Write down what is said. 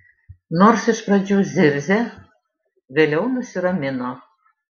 nors iš pradžių zirzė vėliau nusiramino